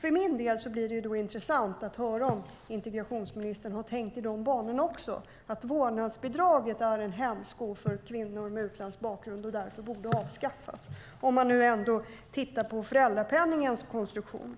För min del skulle det vara intressant att höra om integrationsministern också har tänkt i de banorna, alltså att vårdnadsbidraget är en hämsko för kvinnor med utländsk bakgrund och därför borde avskaffas när man nu ändå ser över föräldrapenningens konstruktion.